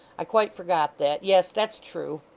i quite forgot that. yes, that's true